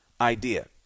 idea